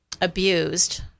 abused